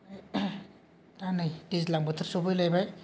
ओमफाय दा नै दैज्लां बोथोर सफैलायबाय